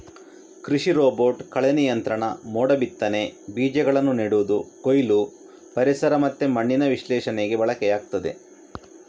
ಕೃಷಿ ರೋಬೋಟ್ ಕಳೆ ನಿಯಂತ್ರಣ, ಮೋಡ ಬಿತ್ತನೆ, ಬೀಜಗಳನ್ನ ನೆಡುದು, ಕೊಯ್ಲು, ಪರಿಸರ ಮತ್ತೆ ಮಣ್ಣಿನ ವಿಶ್ಲೇಷಣೆಗೆ ಬಳಕೆಯಾಗ್ತದೆ